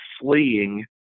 fleeing